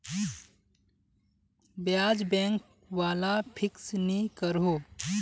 ब्याज़ बैंक वाला फिक्स नि करोह